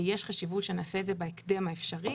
ויש חשיבות שנעשה את זה בהקדם האפשרי.